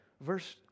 verse